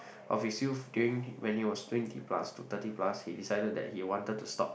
of his youth during when he was twenty plus to thirty plus he decided that he wanted to stop